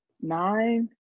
nine